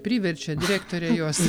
priverčia direktorė juos